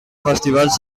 festivals